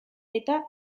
eta